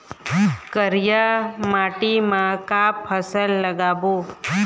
करिया माटी म का फसल लगाबो?